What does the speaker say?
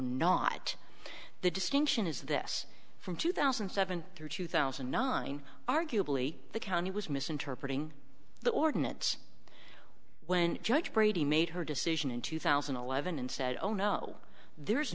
not the distinction is this from two thousand and seven through two thousand and nine arguably the county was misinterpreting the ordinance when judge brady made her decision in two thousand and eleven and said oh no there